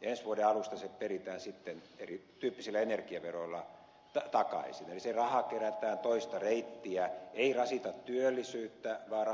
ensi vuoden alusta se peritään sitten erityyppisillä energiaveroilla takaisin eli se raha kerätään toista reittiä se ei rasita työllisyyttä vaan